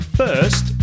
first